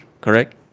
correct